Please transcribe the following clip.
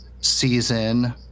season